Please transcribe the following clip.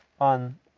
on